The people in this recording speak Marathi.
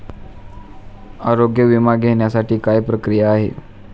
आरोग्य विमा घेण्यासाठी काय प्रक्रिया आहे?